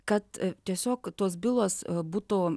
kad tiesiog tos bylos būtų